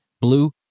blue